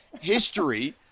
history